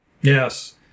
Yes